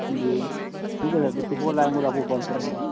جی ٹھیک ہے سر تو سپول آئیں گے تو آپ کو کال کریں گے